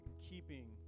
keeping